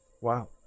Wow